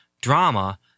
drama